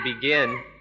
begin